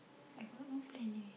I got no plan eh